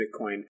Bitcoin